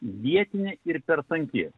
vietinė ir per tanki